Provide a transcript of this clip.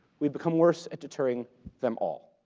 we become worse at deterring them all,